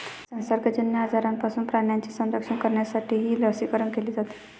संसर्गजन्य आजारांपासून प्राण्यांचे संरक्षण करण्यासाठीही लसीकरण केले जाते